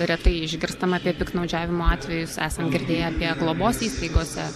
retai išgirstam apie piktnaudžiavimo atvejus esam girdėję apie globos įstaigose